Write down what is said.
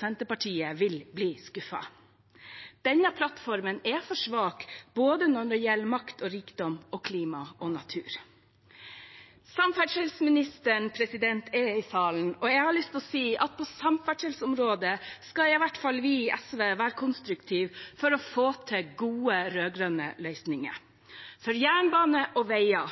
Senterpartiet, vil bli skuffet. Denne plattformen er for svak både når det gjelder makt og rikdom og klima og natur. Samferdselsministeren er i salen. Jeg har lyst til å si at på samferdselsområdet skal i hvert fall vi i SV være konstruktive for å få til gode rød-grønne løsninger – for jernbane og veier,